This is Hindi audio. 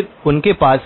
फिर उनके पास